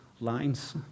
lines